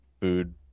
food